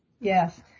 Yes